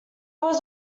was